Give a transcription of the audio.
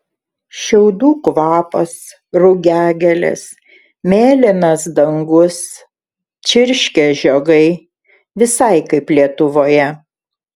šiaudų kvapas rugiagėlės mėlynas dangus čirškia žiogai visai kaip lietuvoje